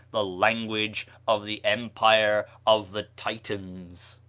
the language of the empire of the titans.